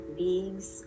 beings